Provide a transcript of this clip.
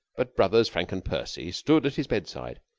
but brothers frank and percy stood at his bedside,